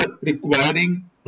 requiring